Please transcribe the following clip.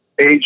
Age